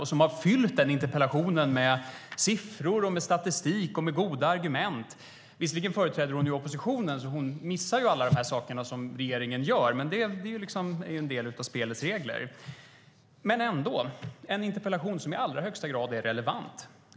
Hon har fyllt interpellationen med siffror, statistik och goda argument. Visserligen företräder hon oppositionen, så hon missar alla de saker som regeringen gör, men det hör till spelets regler. Det är i alla fall en interpellation som i allra högsta grad är relevant.